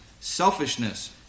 selfishness